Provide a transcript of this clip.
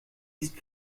ist